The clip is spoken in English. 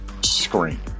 scream